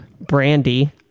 brandy